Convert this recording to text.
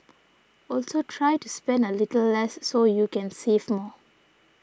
also try to spend a little less so you can save more